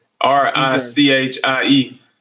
R-I-C-H-I-E